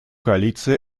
коалиции